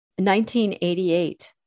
1988